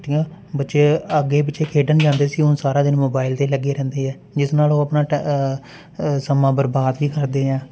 ਠੀਕ ਆ ਬੱਚੇ ਅੱਗੇ ਪਿੱਛੇ ਖੇਡਣ ਜਾਂਦੇ ਸੀ ਹੁਣ ਸਾਰਾ ਦਿਨ ਮੋਬਾਇਲ 'ਤੇ ਲੱਗੇ ਰਹਿੰਦੇ ਹੈ ਜਿਸ ਨਾਲ ਉਹ ਆਪਣਾ ਟ ਸਮਾਂ ਬਰਬਾਦ ਵੀ ਕਰਦੇ ਆ